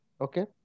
Okay